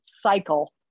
cycle